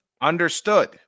Understood